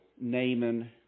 Naaman